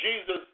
Jesus